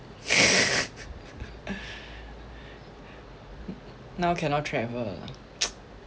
now cannot travel